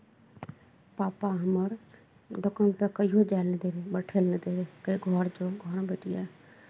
पापा हमर दोकानपर कहिओ जाय लए नहि दैत रहै बैठय लए नहि दैत रहै कहय घर जो घरमे बैठिहेँ